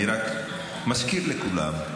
אני רק מזכיר לכולם: